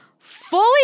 Fully